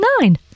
nine